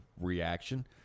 reaction